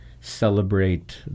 celebrate